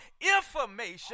information